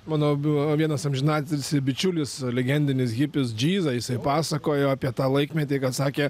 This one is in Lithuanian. mano biu vienas amžinatilsį bičiulis legendinis hipis džyza jisai pasakojo apie tą laikmetį kad sakė